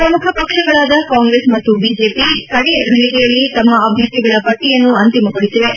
ಪ್ರಮುಖ ಪಕ್ಷಗಳಾದ ಕಾಂಗ್ರೆಸ್ ಮತ್ತು ಬಿಜೆಪಿ ಕಡೆಯ ಘಳಗೆಯಲ್ಲಿ ತಮ್ಮ ಅಭ್ಯರ್ಥಿಗಳ ಪಟ್ಲಿಯನ್ನು ಅಂತಿಮಗೊಳಿಸಿವೆ